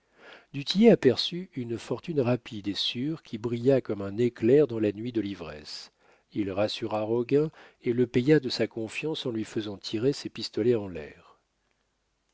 aperçut une fortune rapide et sûre qui brilla comme un éclair dans la nuit de l'ivresse il rassura roguin et le paya de sa confiance en lui faisant tirer ses pistolets en l'air